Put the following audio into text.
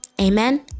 Amen